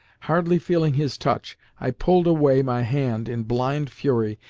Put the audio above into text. hardly feeling his touch, i pulled away my hand in blind fury,